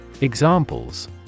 Examples